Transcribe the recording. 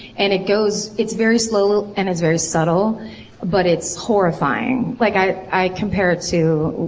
and it goes. it's very slow and it's very subtle but it's horrifying. like i i compare it to.